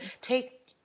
take